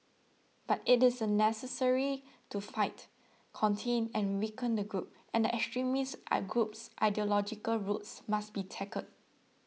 but it is a necessary to fight contain and weaken the group and the extremist I group's ideological roots must be tackled